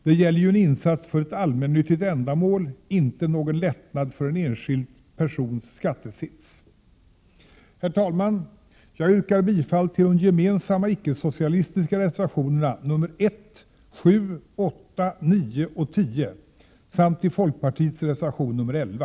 Det gäller ju en insats för ett allmännyttigt ändamål — inte någon lättnad för en enskild persons skattesits. Herr talman! Jag yrkar bifall till de gemensamma icke-socialistiska reservationerna 1, 7, 8, 9 och 10 samt till folkpartiets reservation 11.